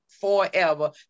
forever